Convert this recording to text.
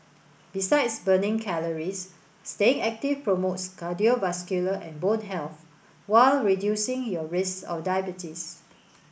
besides burning calories staying active promotes cardiovascular and bone health while reducing your risk of diabetes